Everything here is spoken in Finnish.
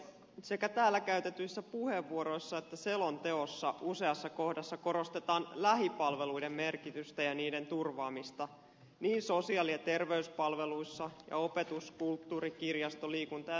sekä täällä käytetyissä puheenvuoroissa että selonteossa useassa kohdassa korostetaan lähipalveluiden merkitystä ja niiden turvaamista niin sosiaali ja terveyspalveluissa kuin opetus kulttuuri kirjasto liikunta ja nuorisopalveluissa